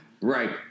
Right